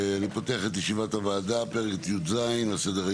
אני פותח את ישיבת וועדת הפנים והגנת הסביבה,